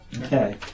Okay